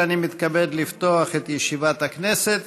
מתכבד לפתוח את ישיבת הכנסת.